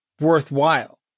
worthwhile